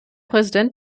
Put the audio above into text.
präsident